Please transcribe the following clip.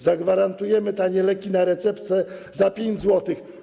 Zagwarantujemy tanie leki na receptę, za 5 zł.